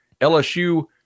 LSU